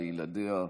לילדיה,